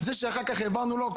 זה שאחר כך העברנו לו,